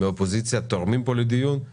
מצטרף לדעתם של חבריי.